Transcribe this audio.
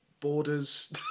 borders